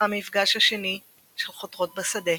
31 במאי 2018 המפגש השני של 'חותרות בשדה'